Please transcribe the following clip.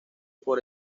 por